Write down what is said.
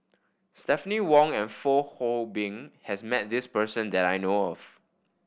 Stephanie Wong and Fong Hoe Beng has met this person that I know of